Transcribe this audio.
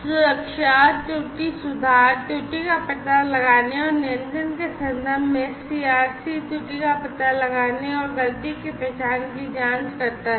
सुरक्षा त्रुटि सुधार त्रुटि का पता लगाने और नियंत्रण के संदर्भ में सीआरसी त्रुटि का पता लगाने और गलती की पहचान की जांच करता है